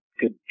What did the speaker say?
good